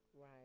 right